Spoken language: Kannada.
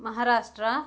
ಮಹಾರಾಷ್ಟ್ರ